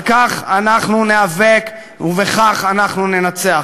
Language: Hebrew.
על כך אנחנו ניאבק, ובכך אנחנו ננצח.